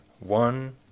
One